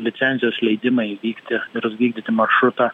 licencijos leidimai vykti ir vykdyti maršrutą